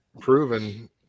proven